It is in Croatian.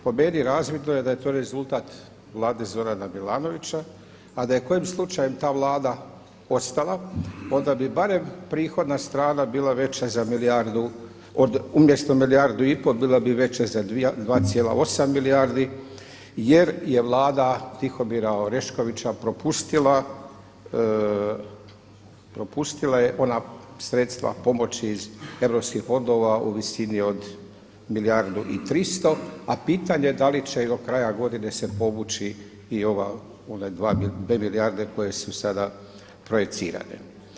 Po meni razvidno je da je to rezultat Vlade Zorana Milanovića, a da je kojim slučajem ta Vlada ostala onda bi barem prihodna strana bila veća za milijardu, umjesto milijardu i pol bila bi veća za 2,8 milijardi jer je Vlada Tihomira Oreškovića propustila je ona sredstva pomoći iz EU fondova u visini od milijardu i 300, a pitanje da li će do kraja godine se povući i ova, one 2 milijarde koje su sada projicirane.